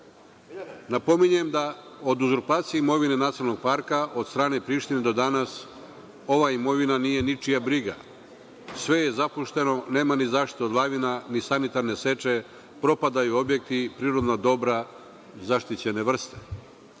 KiM.Napominjem da od uzurpacije imovine Nacionalnog parka od strane Prištine do danas ova imovina nije ničija briga. Sve je zapušteno, nema ni zaštitu od lavina, ni sanitarne seče, propadaju objekti, privredna dobra, zaštićene vrste.